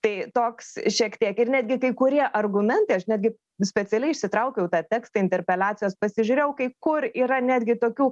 tai toks šiek tiek ir netgi kai kurie argumentai aš netgi specialiai išsitraukiau tą tekstą interpeliacijos pasižiūrėjau kai kur yra netgi tokių